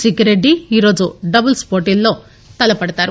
సిక్కిరెడ్డి ఈ రోజు డబుల్స్ పోటీల్లో తలపడతారు